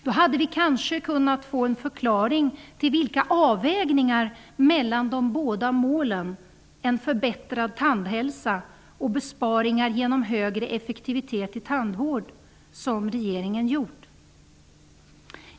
Då hade vi kanske kunnat få en förklaring till vilka avvägningar mellan de båda målen en förbättrad tandhälsa och besparingar genom högre effektivitet i tandvården som regeringen har gjort.